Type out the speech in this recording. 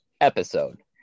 episode